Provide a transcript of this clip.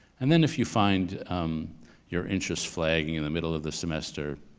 and then if you find your interest flagging in the middle of the semester,